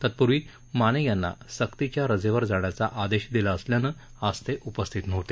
तत्पूर्वी माने यांना सक्तीच्या रजेवर जाण्याचा आदेश दिला असल्यानं आज ते उपस्थित नव्हते